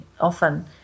often